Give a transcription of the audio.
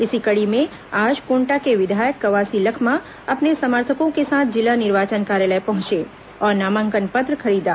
इसी कड़ी में आज कोटा के विधायक कवासी लखमा अपने समर्थकों के साथ जिला निर्वाचन कार्यालय पहुंचे और नामांकन पत्र खरीदा